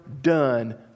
done